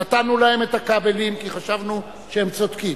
נתנו להם את הכבלים כי חשבנו שהם צודקים.